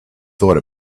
thought